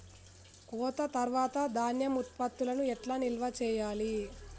కోత తర్వాత ధాన్యం ఉత్పత్తులను ఎట్లా నిల్వ చేయాలి?